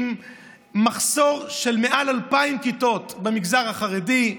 עם מחסור של מעל 2,000 כיתות במגזר החרדי,